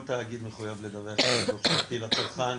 כל תאגיד מחויב לדווח דוח שנתי לצרכן,